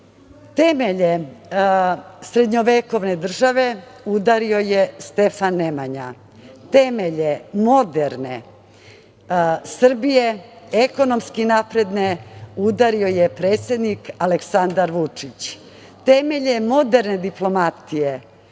zakona. Temelje srednjovekovne države udario je Stefan Nemanja. Temelje moderne Srbije, ekonomski napredne, udario je predsednik Aleksandar Vučić. Temelje moderne diplomatije